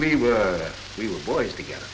we were we were boys together